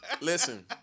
Listen